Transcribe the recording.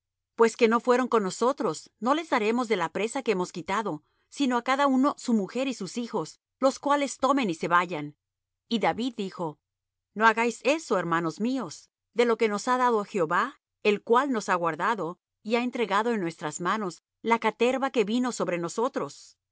pues que no fueron con nosotros no les daremos de la presa que hemos quitado sino á cada uno su mujer y sus hijos los cuales tomen y se vayan y david dijo no hagáis eso hermanos míos de lo que nos ha dado jehová el cual nos ha guardado y ha entregado en nuestras manos la caterva que vino sobre nosotros